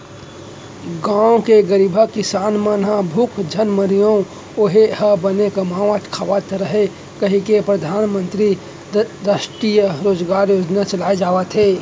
गाँव के गरीबहा किसान मन ह भूख झन मरय अउ ओहूँ ह बने कमावत खात रहय कहिके परधानमंतरी रास्टीय रोजगार योजना चलाए जावत हे